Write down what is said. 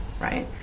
right